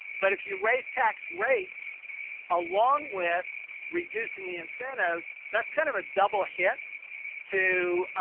but if you raise tax rates along with reducing the incentives, that's kind of a double hit to,